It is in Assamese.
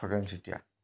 খগেন চেতিয়া